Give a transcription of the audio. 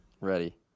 ready